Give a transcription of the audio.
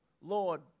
lord